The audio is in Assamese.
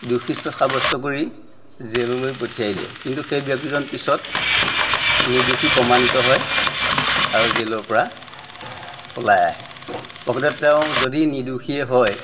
দোষী সাব্যস্ত কৰি জেললৈ পঠিয়াই দিয়ে কিন্তু সেই ব্যক্তিজন পিছত নিৰ্দোষী প্ৰমাণিত হয় আৰু জেলৰ পৰা ওলাই আহে প্ৰকৃততে তেওঁ যদি নিৰ্দোষী হয়